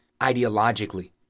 ideologically